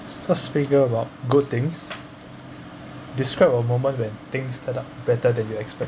so speaking about good things describe a moment when things turn out better than you expected